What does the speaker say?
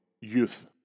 youth